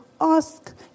ask